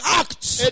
acts